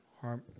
harm